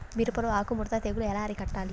మిరపలో ఆకు ముడత తెగులు ఎలా అరికట్టాలి?